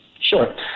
Sure